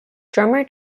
drummer